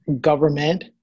government